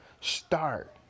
start